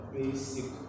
basic